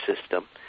system